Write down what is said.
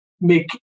make